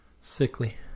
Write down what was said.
Sickly